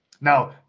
Now